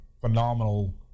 phenomenal